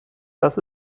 das